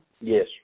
Yes